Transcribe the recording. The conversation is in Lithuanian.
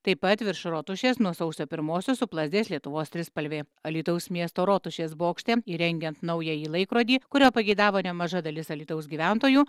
taip pat virš rotušės nuo sausio pirmosios suplazdės lietuvos trispalvė alytaus miesto rotušės bokšte įrengiant naująjį laikrodį kurio pageidavo nemaža dalis alytaus gyventojų